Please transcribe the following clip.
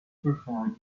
perform